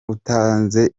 utanze